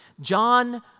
John